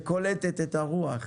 שקולטת את הרוח.